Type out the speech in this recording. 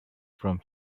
from